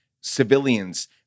civilians